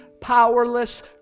powerless